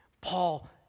Paul